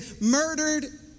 murdered